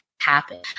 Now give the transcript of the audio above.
happen